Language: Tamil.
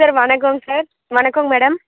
சார் வணக்கங்க சார் வணக்கங்க மேடம்